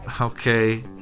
Okay